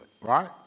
right